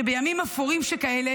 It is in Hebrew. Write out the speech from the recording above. שבימים אפורים שכאלה